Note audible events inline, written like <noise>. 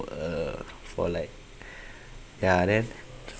ugh for like <breath> ya then